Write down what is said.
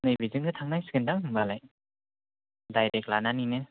नैबेथिंसो थांनांसिगोनदां होमबालाय डाइरेक्ट लानानैनो